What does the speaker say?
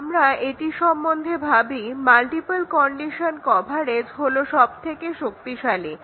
যদি আমরা এটি সম্বন্ধে ভাবি মাল্টিপল কন্ডিশন কভারেজ হলো সবথেকে শক্তিশালী